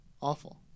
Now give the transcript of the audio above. Awful